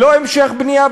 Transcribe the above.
לא המשך בנייה